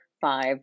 five